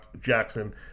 Jackson